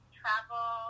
travel